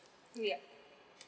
yeah